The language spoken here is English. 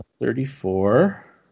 Thirty-four